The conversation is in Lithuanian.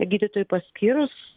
gydytojui paskyrus